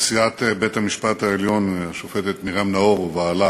נשיאת בית-המשפט העליון השופטת מרים נאור ובעלה